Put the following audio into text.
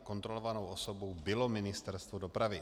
Kontrolovanou osobou bylo Ministerstvo dopravy.